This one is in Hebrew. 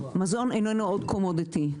מזון איננו עוד קומודיטי,